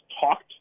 talked